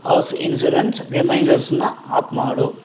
ಔಸ್ insurance ರಿಮೈಂಡರ್ಸನ್ನ off ಮಾಡು